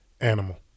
Animal